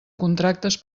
contractes